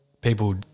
people